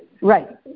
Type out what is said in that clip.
Right